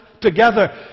together